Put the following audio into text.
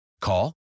Call